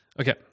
Okay